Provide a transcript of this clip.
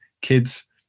kids